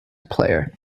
player